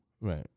Right